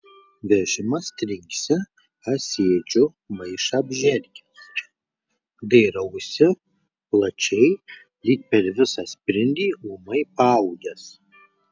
vežimas trinksi aš sėdžiu maišą apžergęs dairausi plačiai lyg per visą sprindį ūmai paaugęs